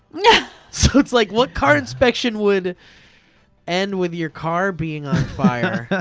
yeah so it's like what car inspection would end with your car being on fire?